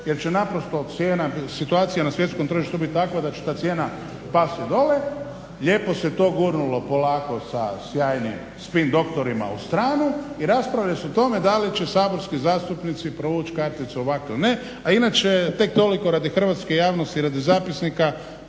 jer će naprosto cijena, situacija na svjetskom tržištu biti takva da će ta cijena pasti dole lijepo se to gurnulo polako sa sjajnim svim doktorima u stranu i raspravlja se o tome da li će saborski zastupnici provući karticu ovako ili ne. Ali inače tek toliko radi hrvatske javnosti, radi zapisnika